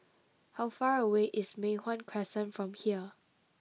how far away is Mei Hwan Crescent from here